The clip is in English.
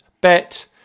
bet